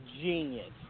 genius